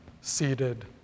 seated